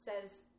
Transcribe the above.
says